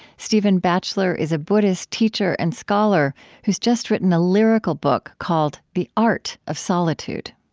stephen batchelor is a buddhist teacher and scholar who's just written a lyrical book called the art of solitude